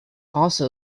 also